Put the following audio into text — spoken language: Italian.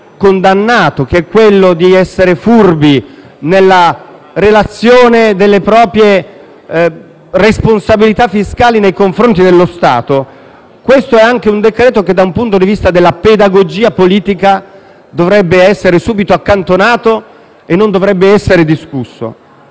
condannato, che è quello di essere furbi in relazione alle proprie responsabilità fiscali nei confronti dello Stato, comprendiamo che questo è un decreto-legge che, anche dal punto di vista della pedagogia politica, dovrebbe essere subito accantonato e non dovrebbe essere discusso.